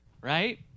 right